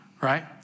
Right